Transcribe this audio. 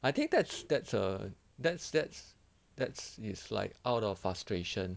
I think that's that's err that's that's that's it's like out of frustration